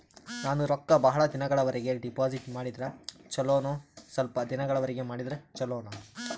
ನಾನು ರೊಕ್ಕ ಬಹಳ ದಿನಗಳವರೆಗೆ ಡಿಪಾಜಿಟ್ ಮಾಡಿದ್ರ ಚೊಲೋನ ಸ್ವಲ್ಪ ದಿನಗಳವರೆಗೆ ಮಾಡಿದ್ರಾ ಚೊಲೋನ?